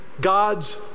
God's